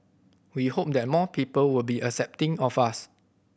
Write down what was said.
we hope that more people will be accepting of us